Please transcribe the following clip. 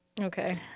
okay